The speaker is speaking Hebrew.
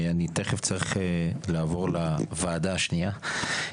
אני תיכף צריך לעבור לוועדה השנייה,